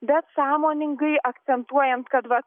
bet sąmoningai akcentuojant kad va